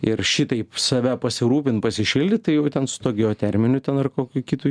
ir šitaip save pasirūpint pasišildyt tai jau ten su tuo geoterminiu ten ar kokiu kitu